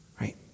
right